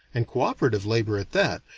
and co-operative labor at that,